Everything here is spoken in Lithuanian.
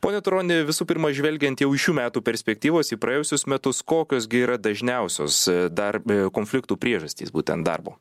pone turoni visų pirma žvelgiant jau į šių metų perspektyvas į praėjusius metus kokios gi yra dažniausios darb konfliktų priežastys būtent darbo